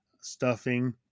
stuffing